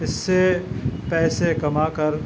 اِس سے پیسے کما کر